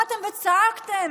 באתם וצעקתם: